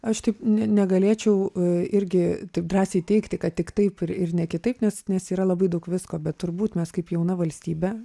aš taip ne negalėčiau irgi taip drąsiai teigti kad tik taip ir ir ne kitaip nes nes yra labai daug visko bet turbūt mes kaip jauna valstybė